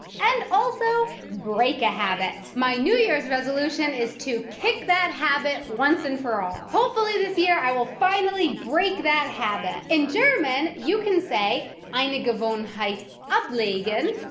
and also break a habit. my new year's resolution is to kick that habit once and for all. hopefully this year i will finally break that habit. in german you can say eine gewohnheit um ablegen,